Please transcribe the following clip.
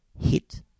hit